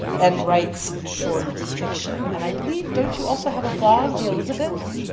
and writes short fiction. and i believe, don't you also have a blog, the elizabeths?